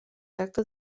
tracta